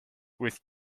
with